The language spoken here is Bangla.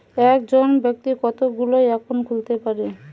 একজন ব্যাক্তি কতগুলো অ্যাকাউন্ট খুলতে পারে?